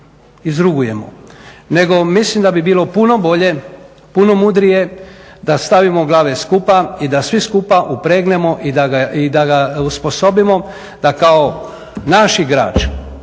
izrugujemo, nego mislim da bi bilo puno bolje, puno mudrije da stavimo glave skupa i da svi skupa upregnemo i da ga osposobimo da kao naš igrač,